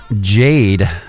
Jade